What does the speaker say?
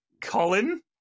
Colin